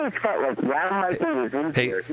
hey